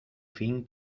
fin